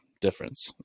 difference